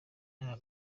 nama